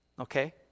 Okay